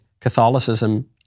Catholicism